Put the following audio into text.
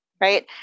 right